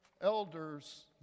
elders